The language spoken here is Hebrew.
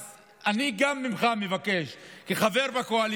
אז אני מבקש גם ממך כחבר בקואליציה,